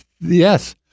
yes